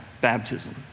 baptism